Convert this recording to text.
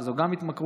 שזה גם התמכרות